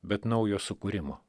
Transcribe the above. bet naujo sukūrimo